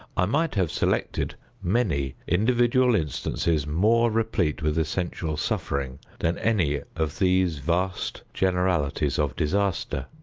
i might have selected many individual instances more replete with essential suffering than any of these vast generalities of disaster.